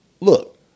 Look